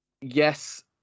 Yes